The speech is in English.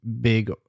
big